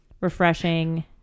Refreshing